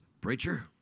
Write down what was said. Preacher